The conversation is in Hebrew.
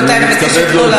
רבותי, אני מבקשת לא להפריע.